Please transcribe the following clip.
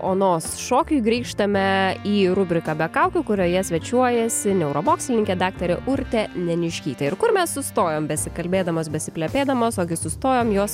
onos šokiui grįžtame į rubriką be kaukių kurioje svečiuojasi neuromokslininkė daktarė urtė neniškytė ir kur mes sustojom besikalbėdamos besiplepėdamos ogi sustojom jos